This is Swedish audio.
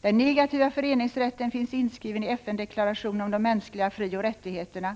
Den negativa föreningsrätten finns inskriven i FN-deklarationen om de mänskliga frioch rättigheterna.